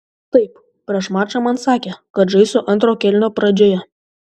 taip prieš mačą man sakė kad žaisiu antro kėlinio pradžioje